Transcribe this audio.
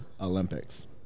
Olympics